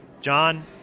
john